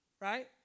right